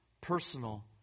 personal